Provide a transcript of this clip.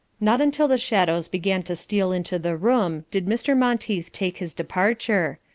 not until the shadows began to steal into the room did mr. monteith take his departure,